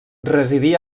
residí